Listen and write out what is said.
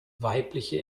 weibliche